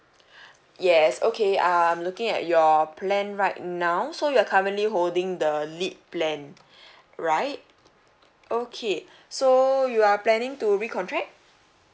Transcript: yes okay uh I'm looking at your plan right now so you're currently holding the lit plan right okay so you are planning to recontract